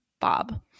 Bob